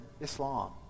Islam